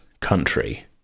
country